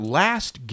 last